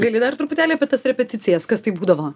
gali dar truputėlį apie tas repeticijas kas tai būdavo